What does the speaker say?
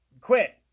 Quit